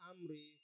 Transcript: Amri